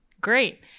great